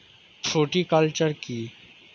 Fruticulture কী?